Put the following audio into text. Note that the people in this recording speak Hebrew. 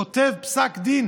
כותב פסק דין